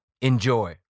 enjoy